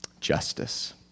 justice